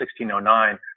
1609